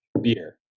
beer